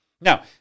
Now